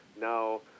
Now